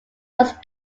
once